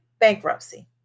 bankruptcy